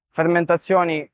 fermentazioni